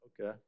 Okay